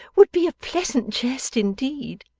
would be a pleasant jest indeed.